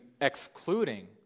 excluding